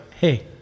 hey